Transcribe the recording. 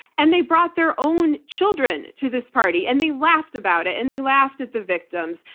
and they brought their own children to this party. and they laughed about it. and they laughed at the victims.